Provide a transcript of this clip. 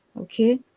okay